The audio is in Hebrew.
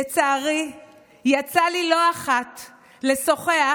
לצערי יצא לי לא אחת לשוחח